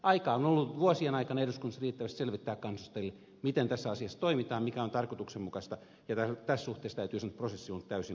aikaa on ollut vuosien aikana eduskunnassa riittävästi selvittää kansanedustajille miten tässä asiassa toimitaan mikä on tarkoituksenmukaista ja tässä suhteessa täytyy sanoa että prosessi on ollut täysin asianmukainen